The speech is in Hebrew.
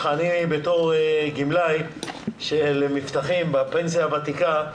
כגמלאי של מבטחים בפנסיה הוותיקה,